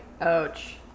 ouch